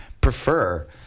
prefer